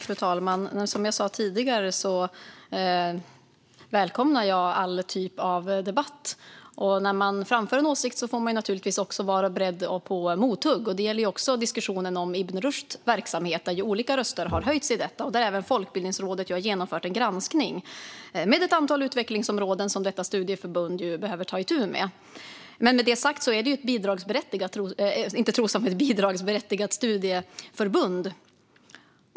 Fru talman! Som jag sa tidigare välkomnar jag all typ av debatt. När man framför en åsikt får man naturligtvis också vara beredd på mothugg. Det gäller även diskussionen om Ibn Rushds verksamhet, där olika röster har höjts. Folkbildningsrådet har genomfört en granskning och hittat ett antal utvecklingsområden som detta studieförbund behöver ta itu med. Med det sagt är det ett bidragsberättigat studieförbund.